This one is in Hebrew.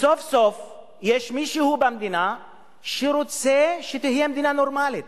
סוף-סוף יש מישהו במדינה שרוצה שתהיה מדינה נורמלית.